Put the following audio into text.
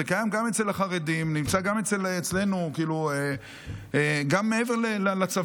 זה קיים גם אצל החרדים וגם מעבר לצבא.